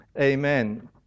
Amen